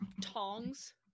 tongs